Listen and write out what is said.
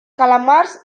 calamars